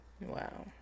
Wow